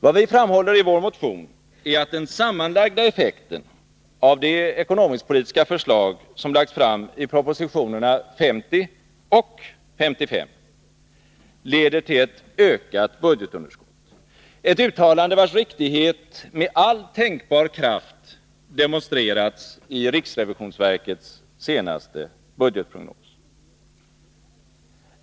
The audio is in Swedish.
Vad vi framhåller i vår motion är att den sammanlagda effekten av de ekonomisk-politiska förslag som lagts fram i propositionerna 50 och 55 leder till ett ökat budgetunderskott — ett uttalande vars riktighet med all tänkbar kraft demonstrerats i riksrevisionsverkets senaste budgetprognos.